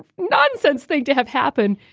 nonsense thing to have happen.